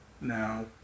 now